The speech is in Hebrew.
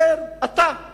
תאר לעצמך אתה,